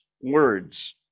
Words